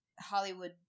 Hollywood